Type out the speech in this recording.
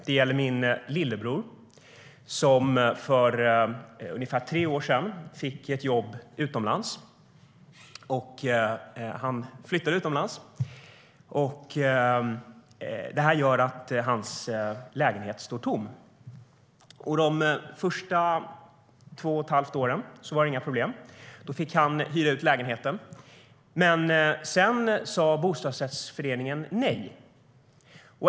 Det gäller min lillebror, som för ungefär tre år sedan fick ett jobb utomlands, så han flyttade dit. Det gör att hans lägenhet står tom. Under de första två och ett halvt åren var det inga problem att hyra ut lägenheten. Men sedan sa bostadsrättsföreningen nej.